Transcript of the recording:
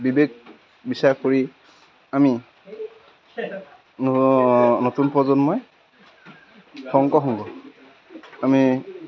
বিবেক বিচাৰ কৰি আমি নতুন প্ৰজন্মই শংকৰসংঘ আমি